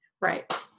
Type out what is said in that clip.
Right